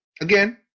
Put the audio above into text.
again